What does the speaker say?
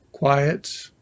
quiet